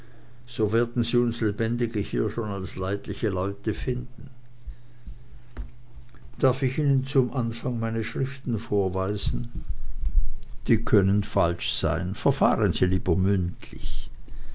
so werden sie uns lebendige hier schon als leidliche leute finden darf ich ihnen zum anfang meine schriften vorweisen die können falsch sein verfahren sie lieber mündlich